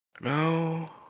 No